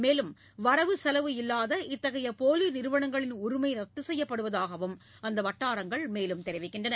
மேலும் வரவு செலவு இல்லாத இத்தகைய போலி நிறுவனங்களின் உரிமம் ரத்து செய்யப்படுவதாகவும் அந்த வட்டாரங்கள் கூறியுள்ளன